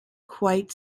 quite